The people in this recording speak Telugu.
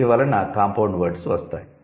వీటి వలన 'కాంపౌండ్ వర్డ్స్' వస్తాయి